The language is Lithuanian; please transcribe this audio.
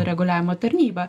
reguliavimo tarnyba